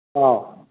ꯑꯥ